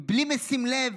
ובלי לשים לב